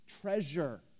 treasure